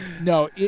no